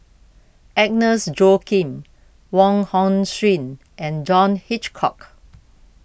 Agnes Joaquim Wong Hong Suen and John Hitchcock